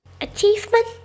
Achievement